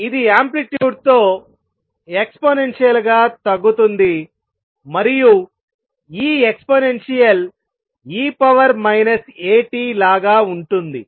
ఇది ఆంప్లిట్యూడ్ తో ఎక్స్పోనెన్షియల్ గా తగ్గుతుంది మరియు ఈ ఎక్సపోన్షియల్ e Atలాగా ఉంటుంది